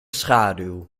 schaduw